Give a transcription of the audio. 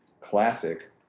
classic